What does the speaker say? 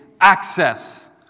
access